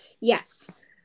Yes